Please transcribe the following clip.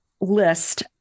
list